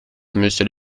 monsieur